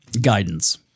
guidance